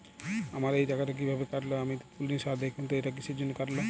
আমার এই টাকাটা কীভাবে কাটল আমি তো তুলিনি স্যার দেখুন তো এটা কিসের জন্য কাটল?